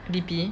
D_P